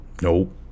Nope